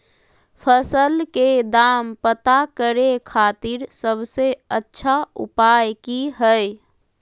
फसल के दाम पता करे खातिर सबसे अच्छा उपाय की हय?